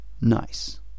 Nice